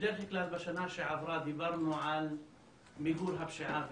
בשנה שעברה דיברנו בדרך כלל על מיגור הפשיעה והאלימות,